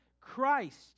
Christ